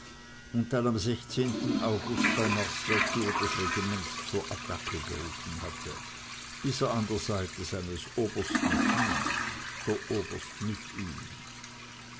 und dann am august bei mars la tour das regiment zur attacke gerufen hatte bis er an der seite seines obersten fiel der oberst mit ihm